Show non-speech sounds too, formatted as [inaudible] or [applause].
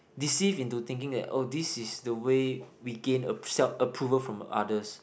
deceived into thinking that oh this is the way we gain [noise] approval from others